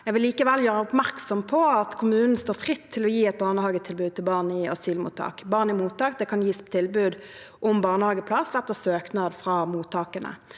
Jeg vil likevel gjøre oppmerksom på at kommunen står fritt til å gi et barnehagetilbud til barn i asylmottak. Barn i mottak kan det gis tilbud om barnehageplass til etter søknad fra mottakene.